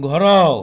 ଘର